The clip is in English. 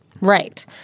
Right